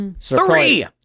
Three